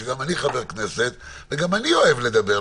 שגם אני חבר כנסת וגם אני אוהב לדבר,